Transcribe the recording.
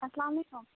اَسلام علیکُم